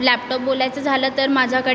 laptop बोलायचं झालं तर माझ्याकडे